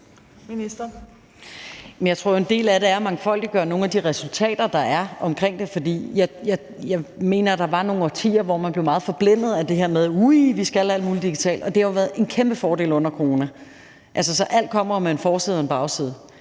det er at mangfoldiggøre nogle af de resultater, der er omkring det, for jeg mener, at der var nogle årtier, hvor man blev meget forblændet af det her med, at vi skal alt muligt digitalt, og det har jo været en kæmpe fordel under corona. Så alt kommer jo med en forside og en bagside.